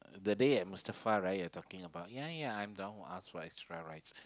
that day at Mustafa right you're talking about ya ya I'm the one who ask for extra rice